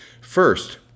First